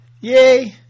yay